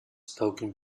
spoken